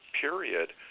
period